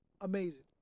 amazing